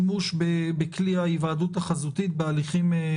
אבל אני אומר: איך אתם נכנסים לעידן של VC בהסכמה בלי הפיצ'ר הזה?